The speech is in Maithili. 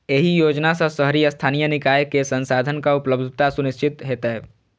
एहि योजना सं शहरी स्थानीय निकाय कें संसाधनक उपलब्धता सुनिश्चित हेतै